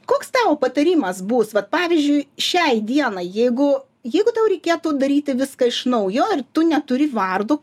koks tavo patarimas bus vat pavyzdžiui šiai dienai jeigu jeigu tau reikėtų daryti viską iš naujo ir tu neturi vardo